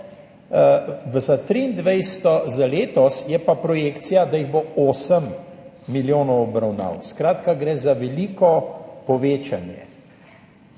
za 2023., za letos je pa projekcija, da bo 8 milijonov obravnav. Skratka, gre za veliko povečanje.